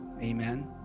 amen